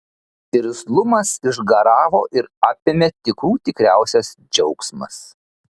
irzlumas išgaravo ir apėmė tikrų tikriausias džiaugsmas